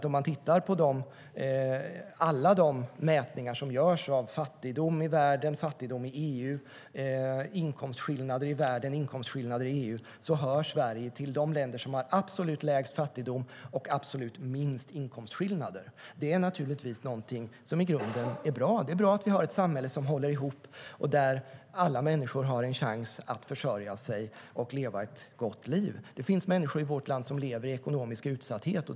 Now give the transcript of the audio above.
Om man tittar på alla de mätningar som görs av fattigdom i världen, fattigdom i EU, inkomstskillnader i världen och inkomstskillnader i EU ser man att Sverige hör till de länder som har absolut lägst fattigdom och absolut minst inkomstskillnader. Det är naturligtvis någonting som i grunden är bra; det är bra att vi har ett samhälle som håller ihop och där alla människor har en chans att försörja sig och att leva ett gott liv. Det finns människor i vårt land som lever i ekonomisk utsatthet.